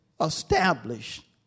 established